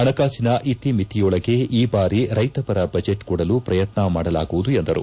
ಪಣಕಾಶಿನ ಇತಿಮಿತಿಯೊಳಗೆ ಈ ಬಾರಿ ರೈತವರ ಬಜೆಟ್ ಕೊಡಲು ಪ್ರಯತ್ನ ಮಾಡಲಾಗುವುದು ಎಂದರು